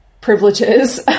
privileges